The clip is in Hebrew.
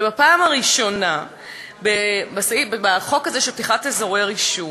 ובפעם הראשונה, בחוק הזה, של פתיחת אזורי רישום,